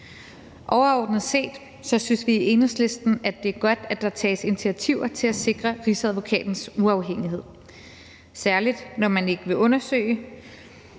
Overordnet set synes vi i Enhedslisten, at det er godt, at der tages initiativer til at sikre Rigsadvokatens uafhængighed, særlig når man ikke vil undersøge,